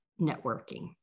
networking